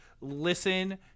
listen